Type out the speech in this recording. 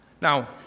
Now